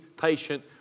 patient